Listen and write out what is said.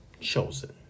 Chosen